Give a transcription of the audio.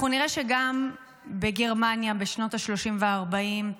אנחנו נראה שגם בגרמניה, בשנות השלושים והארבעים,